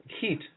heat